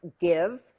give